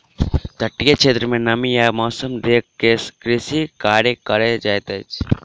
तटीय क्षेत्र में नमी आ मौसम देख के कृषि कार्य कयल जाइत अछि